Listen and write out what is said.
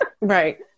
right